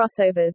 crossovers